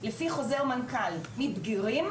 - לפי חוזר מנכ"ל - מבגירים,